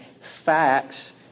facts